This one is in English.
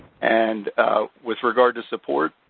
and with regard to support,